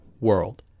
world